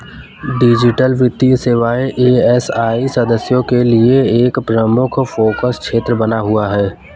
digital वित्तीय सेवाएं AFI सदस्यों के लिए एक प्रमुख फोकस क्षेत्र बना हुआ है